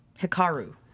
Hikaru